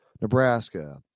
Nebraska